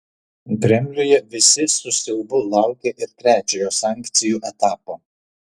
kremliuje visi su siaubu laukia ir trečiojo sankcijų etapo